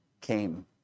came